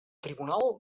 tribunal